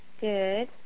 Good